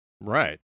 Right